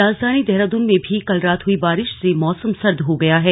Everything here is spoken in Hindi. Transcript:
राजधानी देहरादून में भी कल रात हुई बारिश से मौसम सर्द हो गया है